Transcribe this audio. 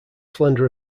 slender